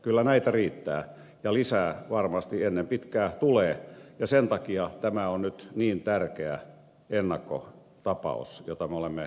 kyllä näitä riittää ja lisää varmasti ennen pitkää tulee ja sen takia tämä on nyt niin tärkeä ennakkotapaus jota me olemme käsittelemässä